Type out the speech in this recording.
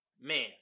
Man